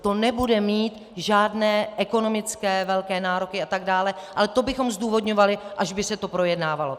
To nebude mít žádné velké ekonomické nároky, a tak dále, ale to bychom zdůvodňovali, až by se to projednávalo.